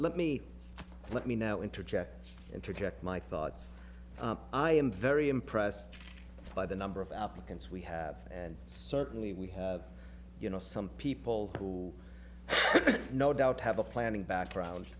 let me let me now interject interject my thoughts i am very impressed by the number of applicants we have and certainly we have you know some people who no doubt have a planning background